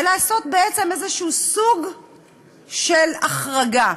ולעשות בעצם איזה סוג של החרגה,